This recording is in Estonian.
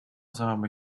saame